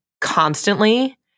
constantly